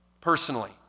personally